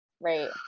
right